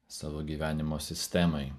savo gyvenimo sistemai